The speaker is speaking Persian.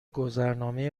گذرنامه